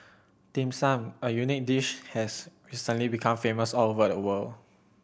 Dim Sum a unique dish has recently become famous all over the world